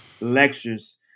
lectures